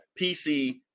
pc